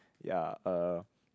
ya uh